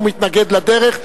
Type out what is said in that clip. הוא מתנגד לדרך.